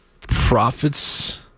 profits